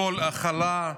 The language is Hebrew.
הכול הכלה,